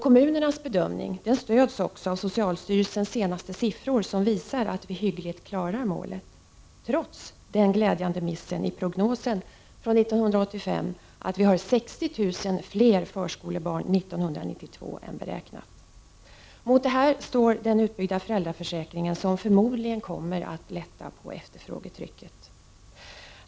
Kommunernas bedömning stöds också av socialstyrelsens senaste siffror, som visar att vi hyggligt klarar av att uppnå målet, detta trots den glädjande missen i prognosen från 1985, dvs. att vi kommer att ha 60 000 fler förskolebarn 1992 än beräknat. Emot detta står den utbyggda föräldraförsäkringen som förmodligen kommer att lätta på efterfrågetrycket.